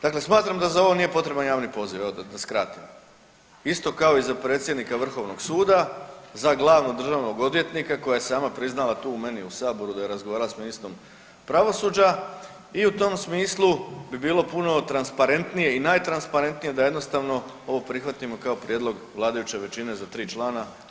Dakle smatram da za ovo nije potreban javni poziv, da skratim, isto kao i za predsjednika Vrhovnog suda, za glavnog državnog odvjetnika koja je sama priznala tu meni u Saboru da je razgovarala s ministrom pravosuđa i u tom smislu bi bilo puno transparentnije i najtransparentnije da jednostavno ovo prihvatimo kao prijedlog vladajuće većine za 3 člana i da to [[Upadica: Vrijeme.]] bude tako.